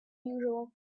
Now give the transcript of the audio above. usual